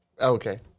Okay